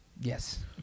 Yes